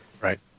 right